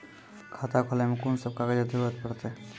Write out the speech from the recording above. खाता खोलै मे कून सब कागजात जरूरत परतै?